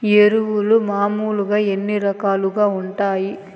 ఎరువులు మామూలుగా ఎన్ని రకాలుగా వుంటాయి?